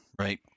right